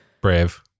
Brave